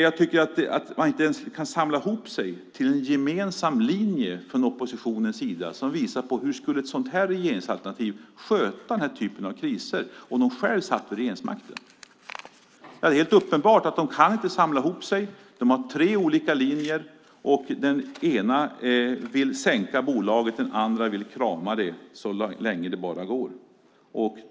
Man kan inte ens samla ihop sig till en gemensam linje från oppositionens sida, och det visar på hur ett sådant regeringsalternativ skulle sköta den här typen av kriser om de själva hade regeringsmakten. Det är helt uppenbart att de inte kan samla ihop sig. De har tre olika linjer. En av dem vill sänka bolaget, och den andra vill krama det så länge det bara går.